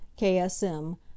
KSM